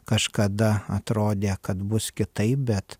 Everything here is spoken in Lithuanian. kažkada atrodė kad bus kitaip bet